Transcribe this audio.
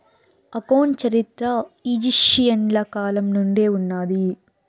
account చరిత్ర ఈజిప్షియన్ల కాలం నుండే ఉన్నాది